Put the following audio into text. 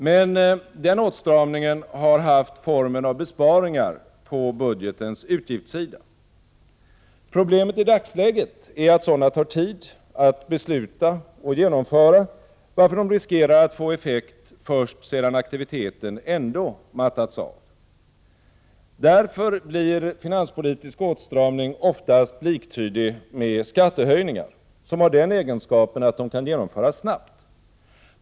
Men den åtstramningen har haft formen av besparingar på budgetens utgiftssida. Problemet i dagsläget är att sådana tar tid att besluta och genomföra, varför de riskerar att få effekt först sedan aktiviteten ändå mattats av. Därför blir finanspolitisk åtstramning oftast liktydig med skattehöjningar, som har den egeneskapen att de kan genomföras snabbt.